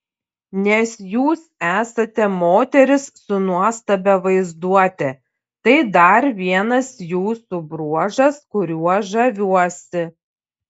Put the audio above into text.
nes jūs esate moteris su nuostabia vaizduote tai dar vienas jūsų bruožas kuriuo žaviuosi